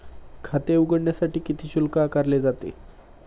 खाते उघडण्यासाठी किती शुल्क आकारले जाते?